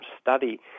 study